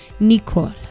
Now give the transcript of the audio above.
Nicole